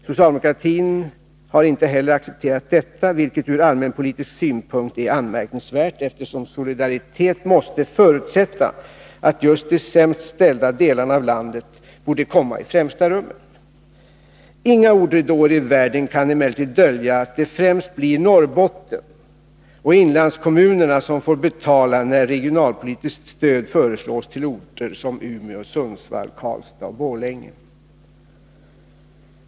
Socialdemokratin har inte heller accepterat detta, vilket ur allmänpolitisk synpunkt är anmärkningsvärt, eftersom solidaritet måste förutsätta att just de sämst ställda delarna av landet kommer ifrämsta rummet. Inga ordridåer i världen kan emellertid dölja att det främst blir Norrbotten och inlandskommunerna som får betala, när regionalpolitiskt stöd föreslås till orter som Umeå, Sundsvall, Karlstad och Borlänge.